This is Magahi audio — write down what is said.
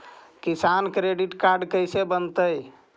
किसान क्रेडिट काड कैसे बनतै?